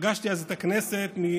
פגשתי אז את הכנסת לא